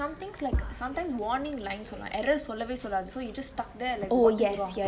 so some things like sometimes warning lines errors சொல்லவே சொல்லாது:solleve sollathu so you're just stuck there like wrong